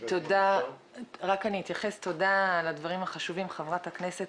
תודה על הדברים החשובים, חברת הכנסת